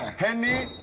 henry,